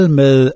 med